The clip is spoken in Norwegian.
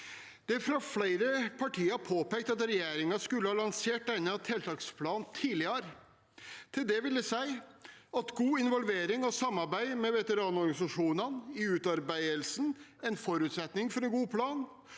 Det er fra flere partier påpekt at regjeringen skulle ha lansert denne tiltaksplanen tidligere. Til det vil jeg si at god involvering av og samarbeid med veteranorganisasjonene i utarbeidelsen er en forutsetning for at vi får